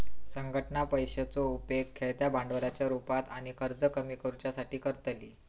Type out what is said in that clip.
संघटना पैशाचो उपेग खेळत्या भांडवलाच्या रुपात आणि कर्ज कमी करुच्यासाठी करतली